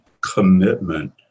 commitment